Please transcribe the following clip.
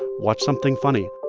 watch something funny.